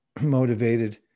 motivated